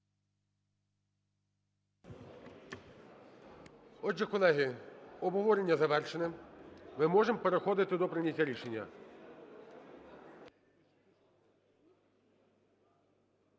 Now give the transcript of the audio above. Отже, колеги, обговорення завершене. Ми можемо переходити до прийняття рішення.